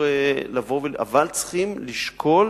אבל צריכים לשקול